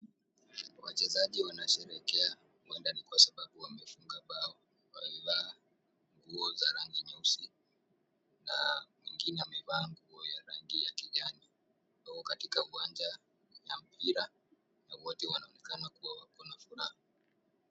Wachezaji wanasherehekea huenda ni kwa sababu wamefunga bao. Wamevaa nguo za rangi nyeusi na mwingine amevaa nguo ya rangi ya kijani. Wako katika uwanja wa mpira na wote wanaonekana kuwa na furaha.